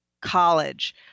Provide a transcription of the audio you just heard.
college